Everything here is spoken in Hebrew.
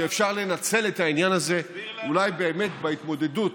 שאפשר לנצל את העניין הזה אולי באמת בהתמודדות,